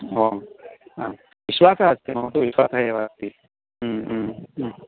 ओ हा विश्वासः अस्ति मम तु विश्वासः एव अस्ति